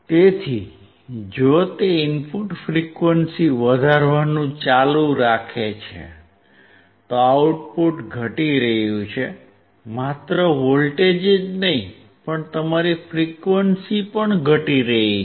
તેથી જો તે ઇનપુટ ફ્રીક્વંસી વધારવાનું ચાલુ રાખે છે તો આઉટપુટ ઘટી રહ્યું છે માત્ર વોલ્ટેજ જ નહીં પણ તમારી ફ્રીક્વંસી પણ ઘટી રહી છે